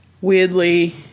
weirdly